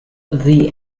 this